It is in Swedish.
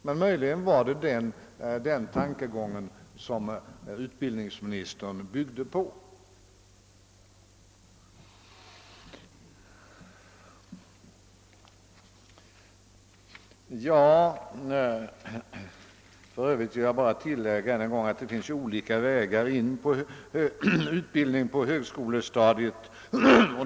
Men möjligen var det den tankegången som utbildningsministern byggde på. För övrigt vill jag bara än en gång framhålla att det finns olika vägar till utbildning på högskolestadiet.